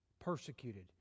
persecuted